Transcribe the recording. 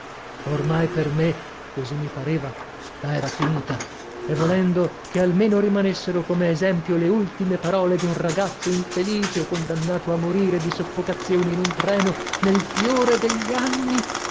ormai per me la era finita e volendo che almeno rimanessero come esempio le ultime parole di un ragazzo infelice condannato a morire di soffocazione in un treno nel fiore degli anni